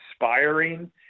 inspiring